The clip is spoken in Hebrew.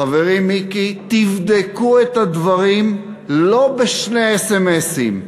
חברי מיקי: תבדקו את הדברים, לא בשני אס.אם.אסים.